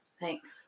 Thanks